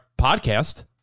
podcast